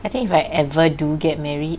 I think if I ever do get married